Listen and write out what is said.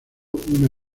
una